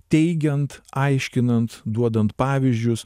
teigiant aiškinant duodant pavyzdžius